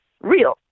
real